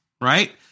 right